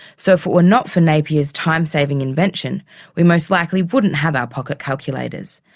so if it were not for napier's time-saving invention we most likely wouldn't have our pocket calculators.